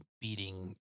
beating